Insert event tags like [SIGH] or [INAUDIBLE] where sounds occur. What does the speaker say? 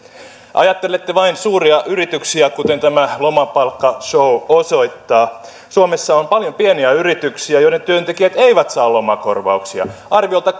ajattelette vain suuria yrityksiä kuten tämä lomapalkkashow osoittaa suomessa on paljon pieniä yrityksiä joiden työntekijät eivät saa lomakorvauksia arviolta [UNINTELLIGIBLE]